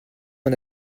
mon